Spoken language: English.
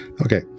Okay